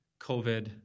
COVID